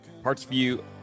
PartsView